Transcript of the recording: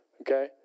Okay